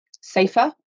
safer